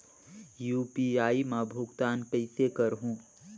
UPI मा भुगतान कइसे करहूं?